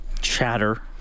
chatter